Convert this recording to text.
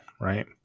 right